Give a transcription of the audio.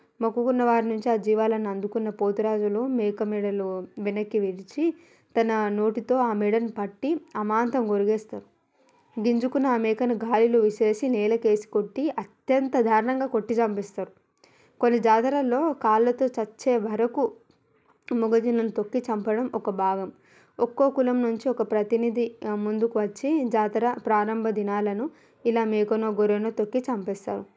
మొక్కుకున్న వారి నుంచి ఆ జీవాలను అందుకున్న పోతురాజులు మేక మెడలు వెనక్కి విరిచి తన నోటితో ఆ మెడని పట్టి అమాంతం కొరికేస్తారు గింజుకున్నా మేకను గాలిలో విసిరేసి నేలకు వేసి కొట్టి అత్యంత దారుణంగా కొట్టి చంపేస్తారు కొన్ని జాతరలలో కాళ్ళతో చచ్చే వరకు మూగజీవులని తొక్కి చంపడం ఒక భాగం ఒక్కో కులం నుంచి ఒక్క ప్రతినిధి ముందుకు వచ్చి జాతర ప్రారంభ దినాలను ఇలా మేకనో గొర్రెనో తొక్కి చంపేస్తారు